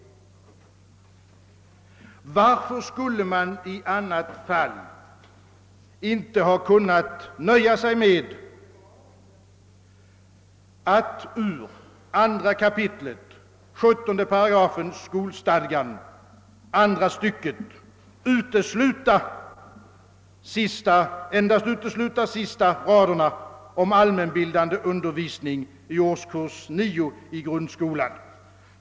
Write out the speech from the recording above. Varför skulle man i annat fall inte kunnat nöja sig med att ur 2 kap. 17 8 skolstadgan, andra stycket, endast utesluta de sista raderna om allmänbildande undervisning i årskurs 9 i grundskolan?